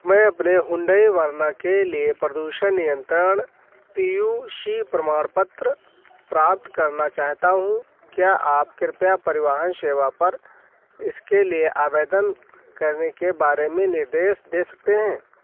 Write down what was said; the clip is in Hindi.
मैं अपने हुन्डई वर्ना के लिए प्रदूषण नियन्त्रण पी यू सी प्रमाणपत्र प्राप्त करना चाहता हूँ क्या आप कृपया परिवहन सेवा पर इसके लिए आवेदन करने के बारे में निर्देश दे सकते हैं